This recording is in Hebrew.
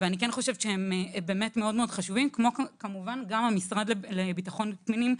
הם מאוד חשובים כמו גם המשרד לביטחון פנים.